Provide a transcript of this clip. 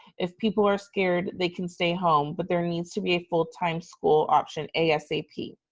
if people are scared, they can stay home but there needs to be a full time school option asap.